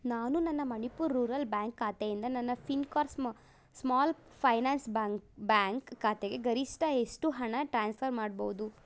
ನಾನು ನನ್ನ Manipur rural bank ಖಾತೆಯಿಂದ ನನ್ನ Fincare small finance bank bank ಖಾತೆಗೆ ಗರಿಷ್ಠ ಎಷ್ಟು ಹಣ ಟ್ರಾನ್ಸ್ಫರ್ ಮಾಡ್ಬೋದು